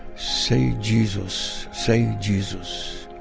say jesus, say jesus.